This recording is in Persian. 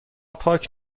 پاک